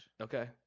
Okay